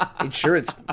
insurance